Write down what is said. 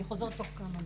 אני חוזרת תוך כמה דקות.